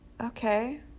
okay